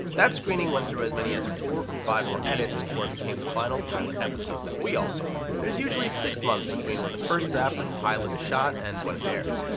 that screening went through as many as four or five more edits before it became the final pilot episode that we all saw. there's usually six months between when the first draft of a pilot is shot and when it airs.